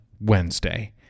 Wednesday